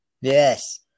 Yes